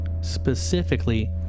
Specifically